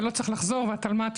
ולא צריך לחזור על כך,